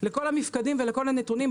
לכל המפקדים ולכל הנתונים,